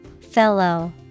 Fellow